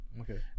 Okay